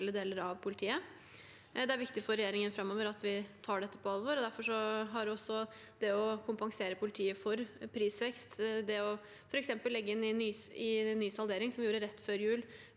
Det er viktig for regjeringen framover at vi tar det på alvor. Derfor har også det å kompensere politiet for prisvekst – f.eks. ved å legge inn penger i nysalderingen, som vi gjorde rett før jul,